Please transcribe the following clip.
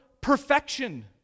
perfection